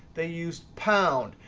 they use pound.